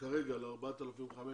ל-4,500 עולים,